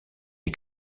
est